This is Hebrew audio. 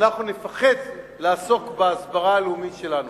אנחנו נפחד לעסוק בהסברה הלאומית שלנו.